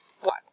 What